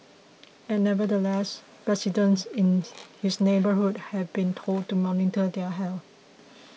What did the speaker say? and nevertheless residents in his neighbourhood have been told to monitor their health